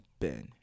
Ben